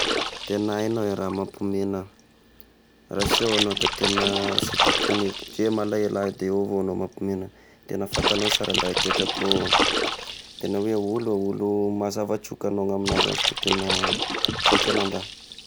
Fa tegna haignao i raha mampiomehy agna, raha sy eo agnao da tegna sy hitako ny kagniako, ze malaelo aho de eo avao agnao mampiomehy agna, tegna fantagnao sara da i toetrako, tegna hoe olo, olo mazava troka agnao amigna zashy da tegna misaotra agnao da.